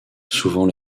souvent